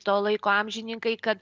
to laiko amžininkai kad